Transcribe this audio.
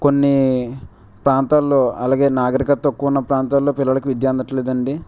కొన్ని ప్రాంతాల్లో అలాగే నాగరికత తక్కువ ఉన్న ప్రాంతాల్లో పిల్లలకు విద్య అందటం లేదండి